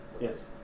Yes